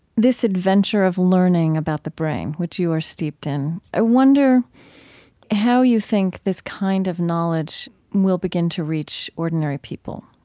this adventure of learning about the brain, which you are steeped in, i wonder how you think this kind of knowledge will begin to reach ordinary people.